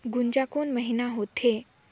गुनजा कोन महीना होथे?